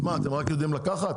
אז מה, אתם רק יודעים לקחת?